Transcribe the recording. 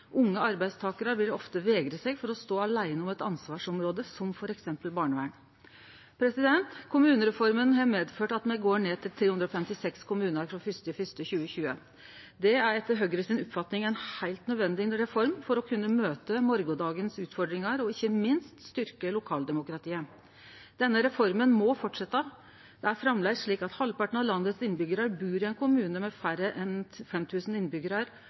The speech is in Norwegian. Unge arbeidstakarar vil ofte vegre seg for å stå aleine om eit ansvarsområde som f.eks. barnevern. Kommunereforma har medført at me går ned til 356 kommunar frå 1. januar 2020. Det er etter Høgre si oppfatning ei heilt nødvendig reform for å kunne møte morgondagens utfordringar og ikkje minst styrkje lokaldemokratiet. Denne reforma må fortsetje. Det er framleis slik at halvparten av innbyggjarane i landet bur i ein kommune med færre enn